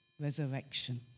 resurrection